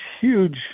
huge